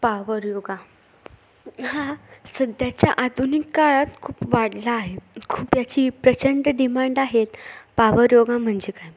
power yoga हा सध्याच्या आधुनिक काळात खूप वाढला आहे खूप याची प्रचंड डिमांड आहे पावर योगा म्हणजे काय